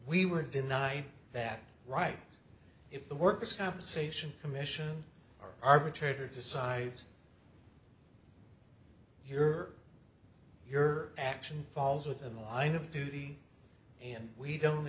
we were denied that right if the workers compensation commission or arbitrator decides your your action falls within the line of duty and we don't